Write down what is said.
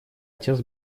отец